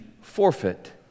forfeit